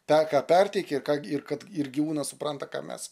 tą ką perteikia ir ką ir kad ir gyvūnas supranta ką mes